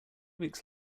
weeks